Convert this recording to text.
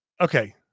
Okay